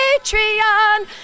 Patreon